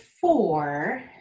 four